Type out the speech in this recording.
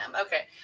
Okay